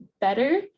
better